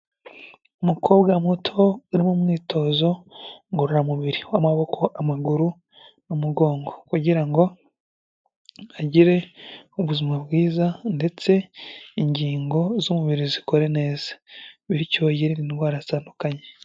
Umukobwa muto uri mu mwitozo ngororamubiri w'amaboko, amaguru n' umugongo, kugira ngo agire ubuzima bwiza, ndetse ingingo z'umubiri zikore neza, bityo yirinde indwara zitandukanye.